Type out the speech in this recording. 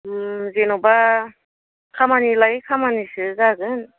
जेनेबा खामानि लायै खामानिसो जागोन